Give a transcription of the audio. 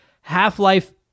half-life